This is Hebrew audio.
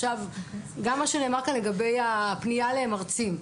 עכשיו, גם מה שנאמר פה עכשיו לגבי הפניה למרצים.